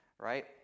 Right